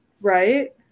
right